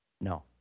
No